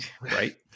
Right